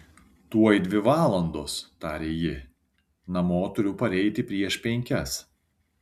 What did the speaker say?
tuoj dvi valandos tarė ji namo turiu pareiti prieš penkias